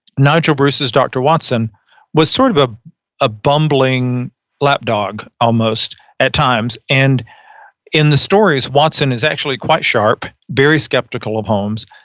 naijo versus dr. watson was sort of a ah bumbling lap dog almost at times. and in the stories, watson is actually quite sharp, very skeptical of holmes,